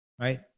right